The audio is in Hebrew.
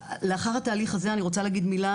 לאחר התהליך הזה אני רוצה להגיד מילה